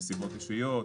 נסיבות אישיות,